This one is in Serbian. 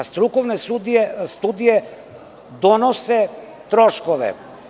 Strukovne studije donose troškove.